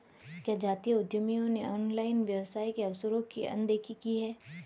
क्या जातीय उद्यमियों ने ऑनलाइन व्यवसाय के अवसरों की अनदेखी की है?